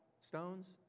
stones